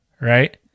right